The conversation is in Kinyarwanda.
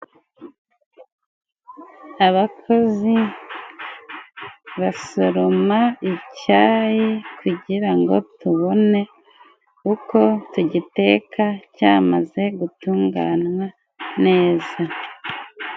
Abakozi basoroma icyayi kugira ngo tubone uko tugiteka cyamaze gutunganywa neza.